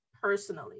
personally